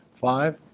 five